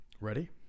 Ready